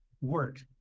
work